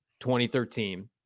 2013